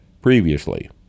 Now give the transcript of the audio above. previously